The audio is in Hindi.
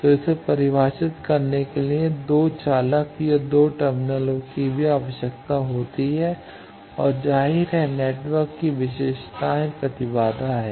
तो इसे परिभाषित करने के लिए 2 चालक या 2 टर्मिनलों की भी आवश्यकता होती है और जाहिर है नेटवर्क की विशेषताएं प्रतिबाधा है